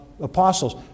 apostles